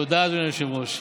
תודה, אדוני היושב-ראש.